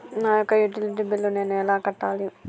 నా యొక్క utility bill నేను ఎలా కట్టాలి?